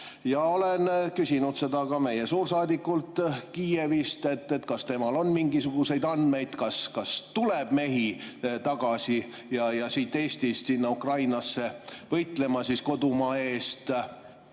Ma olen küsinud ka meie suursaadikult Kiievis, kas temal on mingisuguseid andmeid, kas tuleb mehi tagasi siit Eestist sinna Ukrainasse võitlema kodumaa eest.